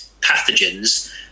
pathogens